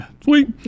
Sweet